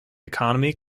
economy